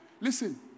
Listen